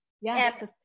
Yes